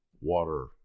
water